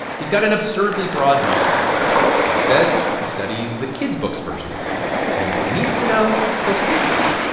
he's got an absurdly broad knowledge knowledge base. james says he studies the kids' books versions of things only what he needs to know, plus pictures.